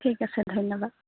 ঠিক আছে ধন্যবাদ